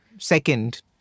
Second